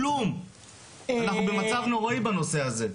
אנחנו במצב נוראי בנושא הזה.